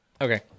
Okay